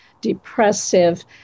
depressive